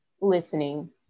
listening